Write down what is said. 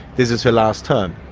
this is her last term.